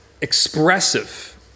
expressive